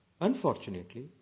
Unfortunately